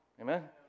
amen